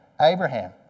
Abraham